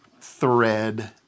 thread